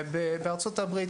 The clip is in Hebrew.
בארצות הברית,